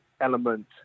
element